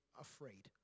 afraid